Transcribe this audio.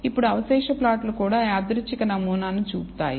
ఇప్పుడు అవశేష ప్లాట్లు కూడా యాదృచ్ఛిక నమూనాను చూపుతాయి